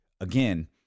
again